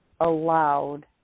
allowed